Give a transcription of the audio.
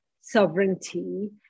sovereignty